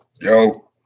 Yo